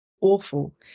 awful